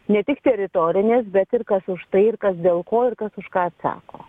ne tik teritorinės bet ir kas už tai ir kas dėl ko ir kas už ką atsako